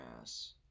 ass